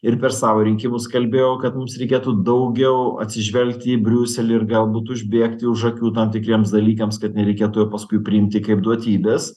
ir per savo rinkimus kalbėjau kad mums reikėtų daugiau atsižvelgti į briuselį ir galbūt užbėgti už akių tam tikriems dalykams kad nereikėtų paskui priimti kaip duotybės